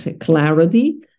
clarity